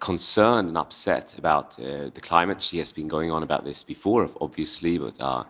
concerned and upset about the climate. she has been going on about this before, obviously. but ah